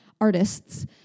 artists